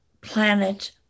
planet